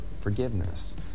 forgiveness